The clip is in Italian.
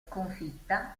sconfitta